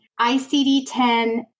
ICD-10